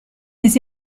des